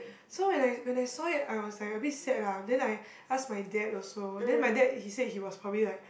so when I when I saw it I was like a bit sad lah then I ask my dad also then my dad he said it was probably like